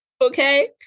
Okay